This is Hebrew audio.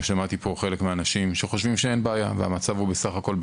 שמעתי פה חלק מהאנשים שחושבים שאין בעיה והמצב הוא בסדר בסך הכול,